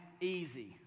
easy